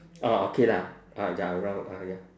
orh okay lah ah ya around ah ya